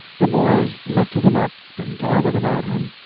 the boys lifted him up, and gathered about him,